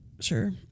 Sure